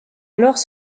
alors